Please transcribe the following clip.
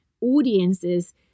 audiences